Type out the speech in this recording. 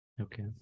Okay